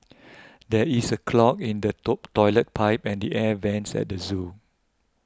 there is a clog in the Toilet Pipe and the Air Vents at the zoo